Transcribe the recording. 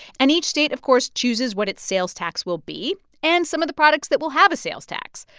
and each state, of course, chooses what its sales tax will be and some of the products that will have a sales tax.